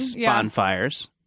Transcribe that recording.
bonfires